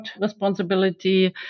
responsibility